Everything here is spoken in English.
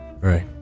Right